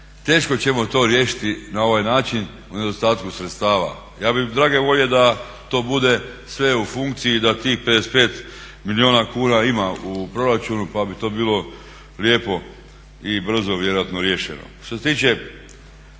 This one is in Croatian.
Teško ćemo to riješiti na ovaj način u nedostatku sredstava. Ja bih drage volje da to bude sve u funkciji i da tih 55 milijuna kuna ima u proračunu, pa bi to bilo lijepo i brzo vjerojatno riješeno.